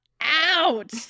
out